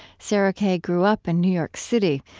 sarah kay grew up in new york city,